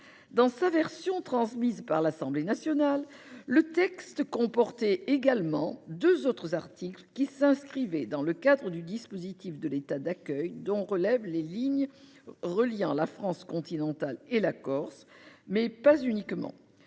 Dans sa version transmise par l'Assemblée nationale, le texte comportait également deux autres articles qui s'inscrivaient dans le cadre du dispositif de l'État d'accueil, dont relèvent les lignes reliant la France continentale et la Corse, mais pas uniquement.